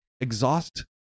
exhaust